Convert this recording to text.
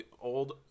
old